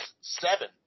seven